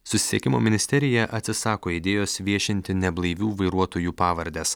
susisiekimo ministerija atsisako idėjos viešinti neblaivių vairuotojų pavardes